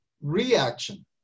reaction